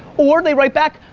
or they write back,